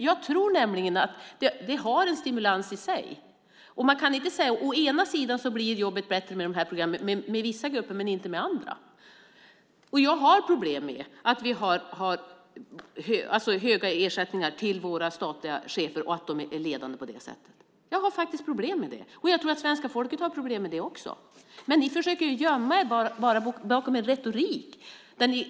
Jag tror nämligen att detta har en stimulans i sig. Man kan inte säga: Å ena sidan blir jobbet bättre med vissa grupper, men inte med andra. Jag har problem med att vi har höga ersättningar till våra statliga chefer och att de är ledande på det sättet. Jag har faktiskt problem med det, och jag tror att svenska folket har problem med det också. Men ni försöker gömma er bakom retorik.